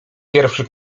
pierwszy